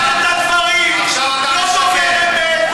עכשיו אתה משקר.